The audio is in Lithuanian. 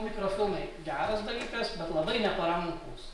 mikrofilmai geras dalykas bet labai neparankūs